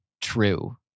true